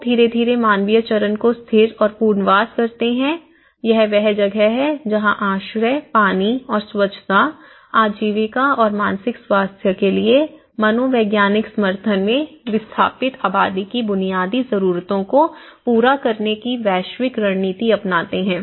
लोग धीरे धीरे मानवीय चरण को स्थिर और पुनर्वास करते हैं यह वह जगह है जहां आश्रय पानी और स्वच्छता आजीविका और मानसिक स्वास्थ्य के लिए मनोवैज्ञानिक समर्थन में विस्थापित आबादी की बुनियादी जरूरतों को पूरा करने की वैश्विक रणनीति अपनाते हैं